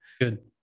good